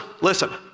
listen